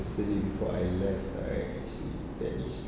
yesterday before I left right actually at least